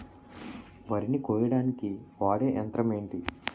వరి ని కోయడానికి వాడే యంత్రం ఏంటి?